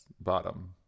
bottom